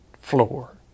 floor